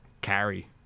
carry